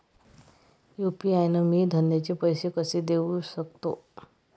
UPI न मी धंद्याचे पैसे कसे देऊ सकतो?